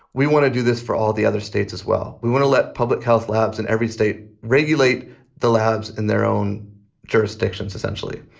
we want to do this for all the other states as well. we want to let public health labs in every state regulate the labs in their own jurisdictions. essentially,